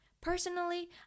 Personally